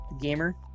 gamer